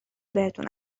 بهتون